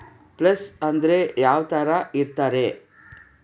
Place ಅಂದ್ರೆ ಯಾವ್ತರ ಇರ್ತಾರೆ?